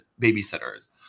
babysitters